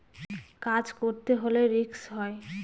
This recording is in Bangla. কাজ করতে হলে রিস্ক হয়